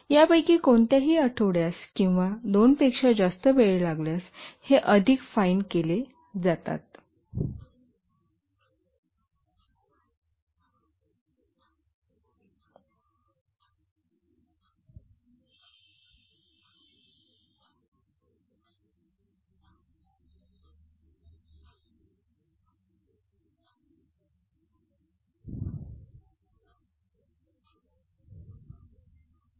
यापैकी कोणत्याही आठवड्यास किंवा दोनपेक्षा जास्त वेळ लागल्यास हे अधिक फाईन केले जातात